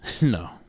No